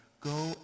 Go